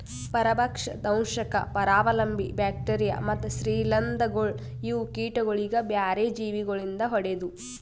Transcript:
ಪರಭಕ್ಷ, ದಂಶಕ್, ಪರಾವಲಂಬಿ, ಬ್ಯಾಕ್ಟೀರಿಯಾ ಮತ್ತ್ ಶ್ರೀಲಿಂಧಗೊಳ್ ಇವು ಕೀಟಗೊಳಿಗ್ ಬ್ಯಾರೆ ಜೀವಿ ಗೊಳಿಂದ್ ಹೊಡೆದು